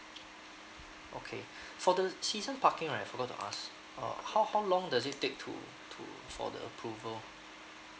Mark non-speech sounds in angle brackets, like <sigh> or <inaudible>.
okay <breath> for the season parking right I forgot to ask uh how how long does it take to to for the approval